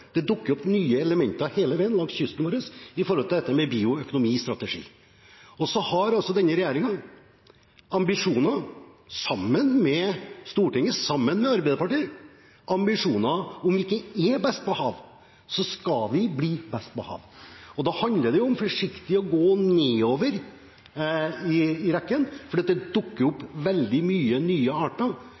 Det dukker opp nye elementer hele tiden langs kysten vår når det gjelder dette med bioøkonomistrategi. Denne regjeringen har ambisjoner – sammen med Stortinget og Arbeiderpartiet – om at hvis vi ikke er best på hav, så skal vi bli best på hav. Da handler det om å gå forsiktig nedover i rekken, for det dukker opp veldig mange nye arter